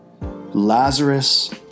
Lazarus